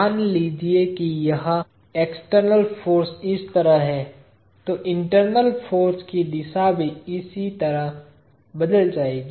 मान लीजिए कि यह एक्सटर्नल फाॅर्स इस तरह है तो इंटरनल फाॅर्स की दिशा भी इस तरह बदल जाएगी